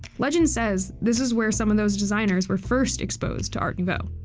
legend says this is where some of those designers were first exposed to art nouveau.